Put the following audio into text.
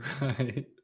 right